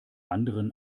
anderen